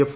F